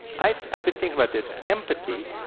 i've been thinking about this. empathy,